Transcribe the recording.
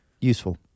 useful